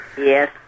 Yes